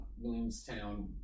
Williamstown